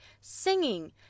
singing